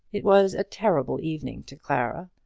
it was a terrible evening to clara.